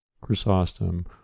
Chrysostom